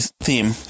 theme